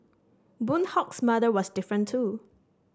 Boon Hock's mother was different too